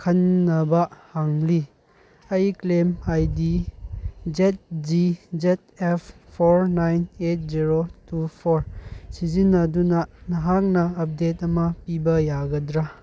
ꯈꯟꯅꯕ ꯍꯪꯂꯤ ꯑꯩ claim I D Z G Z F four nine eight zero two four ꯁꯤꯖꯤꯟꯅꯗꯨꯅ ꯅꯍꯥꯛꯅ ꯑꯞꯗꯦꯠ ꯑꯃ ꯄꯤꯕ ꯌꯥꯒꯗ꯭ꯔꯥ